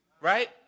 right